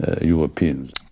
Europeans